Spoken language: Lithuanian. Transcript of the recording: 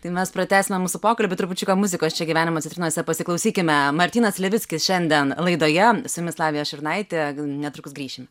tai mes pratęsime mūsų pokalbį trupučiuką muzikos čia gyvenimo citrinose pasiklausykime martynas levickis šiandien laidoje su jumis lavija šurnaitė netrukus grįšim